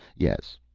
yes,